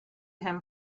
him